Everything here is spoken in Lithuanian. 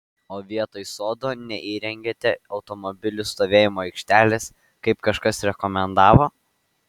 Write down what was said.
o vietoj sodo neįrengėte automobilių stovėjimo aikštelės kaip kažkas rekomendavo